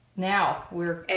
now, we're,